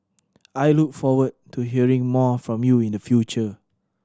I look forward to hearing more from you in the future